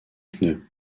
pneus